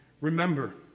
Remember